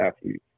athletes